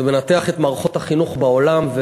הוא מנתח את מערכות החינוך בעולם,